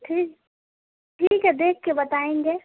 ٹھیک ٹھیک ہے دیکھ کے بتائیں گے